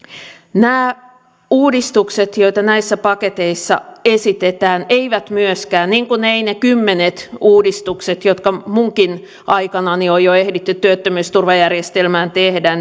nämä uudistukset joita näissä paketeissa esitetään eivät myöskään niin kuin eivät ne kymmenet uudistukset jotka minunkin aikanani on jo ehditty työttömyysturvajärjestelmään tehdä